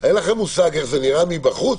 אין לכם מושג איך זה נראה מבחוץ,